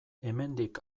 hemendik